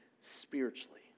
spiritually